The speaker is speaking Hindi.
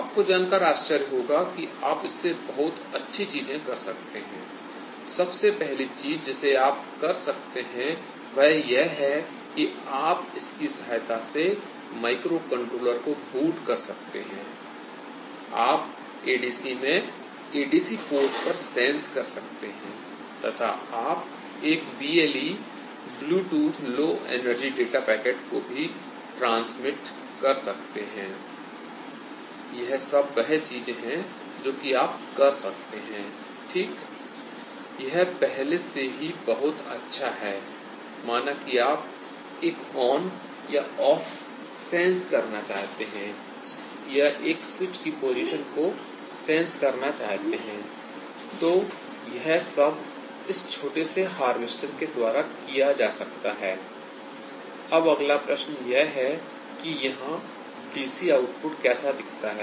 आपको जाकर आश्चर्य होगा कि आप इससे बहुत अच्छी चीजें कर सकते हैं I सबसे पहली चीज जिसे आप कर सकते हैं वह यह है कि आप इसकी सहायता से माइक्रोकंट्रोलर को बूट कर सकते हैं I आप ADC में ADC पोर्ट पर सेंस कर सकते हैं तथा आप एक BLE Bluetooth low energy data packet को भी ट्रांसमिट कर सकते हैं I यह सब वह चीजें हैं जो कि आप कर सकते हैं Iठीक यह पहले से ही बहुत अच्छा है Iमाना कि आप एक ऑन या ऑफ सेंस करना चाहते हैं या एक स्विच की पोजीशन को सेंस करना चाहते हैं तो यह सब इस छोटे से हार्वेस्टर के द्वारा किया जा सकता है I अब अगला प्रश्न यह है कि यहां डीसी आउटपुट कैसा दिखता है